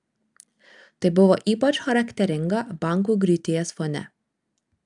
tai buvo ypač charakteringa bankų griūties fone